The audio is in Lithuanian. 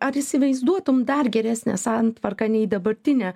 ar įsivaizduotum dar geresnę santvarką nei dabartinė